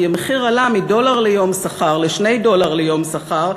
כי המחיר עלה מדולר ליום שכר ל-2 דולר ליום שכר.